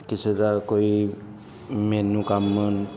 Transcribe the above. ਕਿਸੇ ਦਾ ਕੋਈ ਮੈਨੂੰ ਕੰਮ